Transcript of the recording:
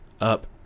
up